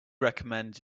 recommend